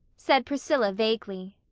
said priscilla vaguely.